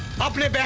properly?